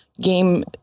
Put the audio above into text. game